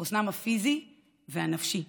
חוסנם הפיזי והנפשי,